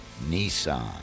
Nissan